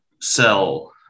sell